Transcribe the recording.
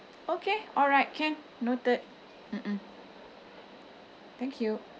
okay alright can noted mm mm thank you